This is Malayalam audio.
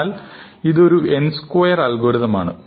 എന്നാൽ ഇത് ഒരു n സ്ക്വയർ അൽഗോരിതം ആണ്